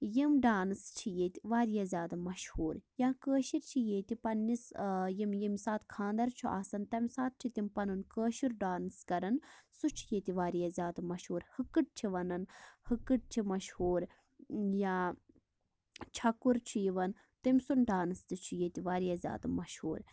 یِم ڈانٕس چھِ ییٚتہِ واریاہ زیادٕ مشہوٗر یا کٲشر چھِ ییٚتہِ پَننِس یِم ییٚمہِ ساتہٕ خاندر چھُ آسان تمہِ ساتہٕ چھِ تِم پَنُن کٲشُر ڈانٕس کران سُہ چھُ ییٚتہِ واریاہ زیادٕ مشہوٗر ہَکٕٹ چھِ وَنان ہَکٕٹ چھِ مشہوٗر یا چھَکُر چھُ یوان تٔمۍ سُنٛد ڈانس تہِ چھُ ییٚتہِ واریاہ زیادٕ مشہوٗر